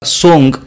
song